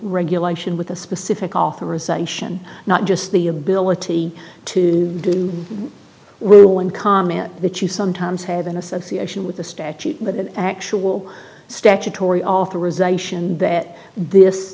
regulation with a specific authorization not just the ability to do will one comment that you sometimes have an association with the statute but an actual statutory authorization th